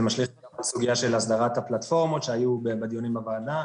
זה משליך גם על הסוגיה של הסדרת הפלטפורמות שהיו בדיונים בוועדה.